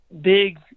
big